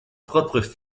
propres